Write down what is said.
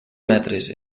metres